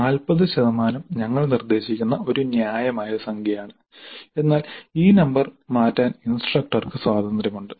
40 ശതമാനം ഞങ്ങൾ നിർദ്ദേശിക്കുന്ന ഒരു ന്യായമായ സംഖ്യയാണ് എന്നാൽ ഈ നമ്പർ മാറ്റാൻ ഇൻസ്ട്രക്ടർക്ക് സ്വാതന്ത്ര്യമുണ്ട്